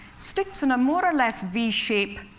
sticks in a more or less v shape,